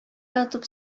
ятып